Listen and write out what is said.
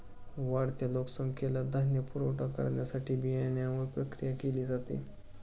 वाढत्या लोकसंख्येला धान्य पुरवठा करण्यासाठी बियाण्यांवर प्रक्रिया केली जाते